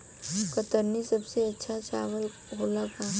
कतरनी सबसे अच्छा चावल होला का?